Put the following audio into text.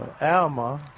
Alma